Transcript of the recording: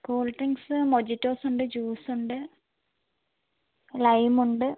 cool drinks mojitos ഉണ്ട് juice ഉണ്ട് ലൈമുണ്ട്